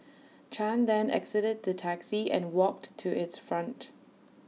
chan then exited the taxi and walked to its front